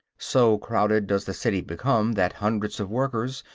so crowded does the city become that hundreds of workers,